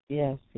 yes